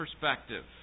perspective